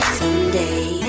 someday